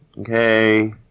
okay